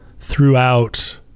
throughout